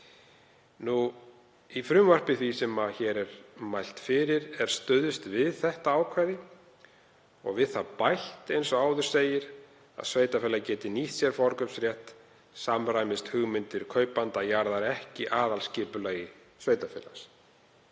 Í frumvarpi því sem hér er mælt fyrir er stuðst við þetta ákvæði og við það bætt, eins og áður segir, að sveitarfélag geti nýtt sér forkaupsrétt samræmist hugmyndir kaupanda jarðar ekki aðalskipulagi sveitarfélags.